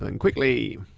and quickly.